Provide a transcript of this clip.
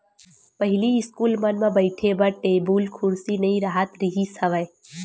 पहिली इस्कूल मन म बइठे बर टेबुल कुरसी नइ राहत रिहिस हवय